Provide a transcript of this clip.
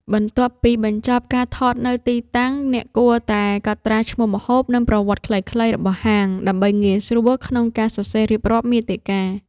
បន្ទាប់ពីបញ្ចប់ការថតនៅទីតាំង អ្នកគួរតែកត់ត្រាឈ្មោះម្ហូប និងប្រវត្តិខ្លីៗរបស់ហាង ដើម្បីងាយស្រួលក្នុងការសរសេររៀបរាប់មាតិកា។